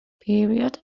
period